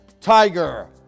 tiger